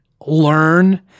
learn